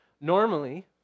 normally